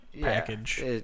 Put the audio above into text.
package